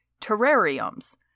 terrariums